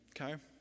okay